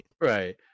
Right